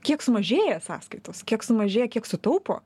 kiek sumažėja sąskaitos kiek sumažėja kiek sutaupo